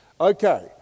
Okay